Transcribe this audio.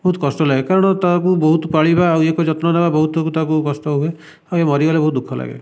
ବହୁତ କଷ୍ଟ ଲାଗେ କାରଣ ତାକୁ ବହୁତ ପାଳିବା ଇଏ କରି ଯତ୍ନ ନେବା ବହୁତ ତାକୁ କଷ୍ଟ ହୁଏ ଆଉ ମରିଗଲେ ବହୁତ ଦୁଃଖ ଲାଗେ